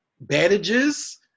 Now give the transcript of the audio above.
bandages